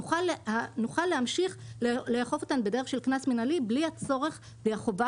נוכל להמשיך לאכוף אותן בדרך של קנס מנהלי בלי הצורך והחובה,